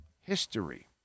history